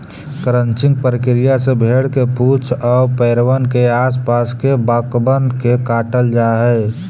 crutching प्रक्रिया से भेंड़ के पूछ आउ पैरबन के आस पास के बाकबन के काटल जा हई